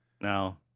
Now